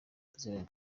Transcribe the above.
baziranye